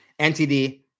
NTD